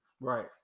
right